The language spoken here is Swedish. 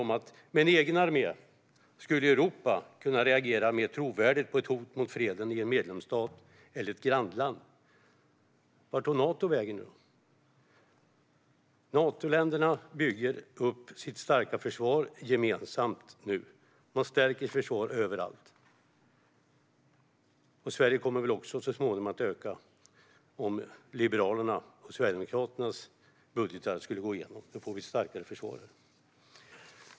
Med en egen armé skulle Europa kunna reagera mer trovärdigt på ett hot mot freden i en medlemsstat eller ett grannland, har han sagt. Vart tog då Nato vägen? Natoländerna bygger nu upp sitt starka försvar gemensamt. De stärker försvaret överallt. Det kommer väl så småningom att öka även i Sverige, om Liberalernas och Sverigedemokraternas budgetar skulle gå igenom. Då får vi starkare försvar.